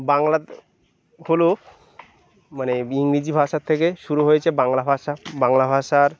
বাংলা হল মানে ইংরেজি ভাষা থেকে শুরু হয়েছে বাংলা ভাষা বাংলা ভাষার